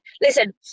Listen